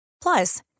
Plus